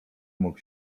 mógł